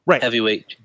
heavyweight